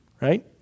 right